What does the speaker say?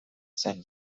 zen